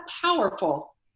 powerful